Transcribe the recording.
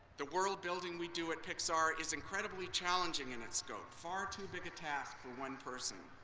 the world building we do at pixar is incredibly challenging in its scope far too big a task for one person.